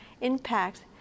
impact